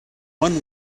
one